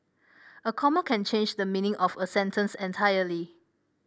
a comma can change the meaning of a sentence entirely